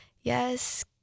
yes